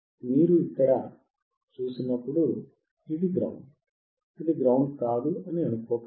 ఇప్పుడు మీరు ఇక్కడ చూసినప్పుడు ఇది గ్రౌండ్ అది గ్రౌండ్ కాదు అని అనుకోకండి